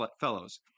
fellows